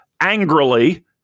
angrily